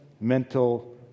mental